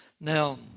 Now